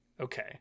Okay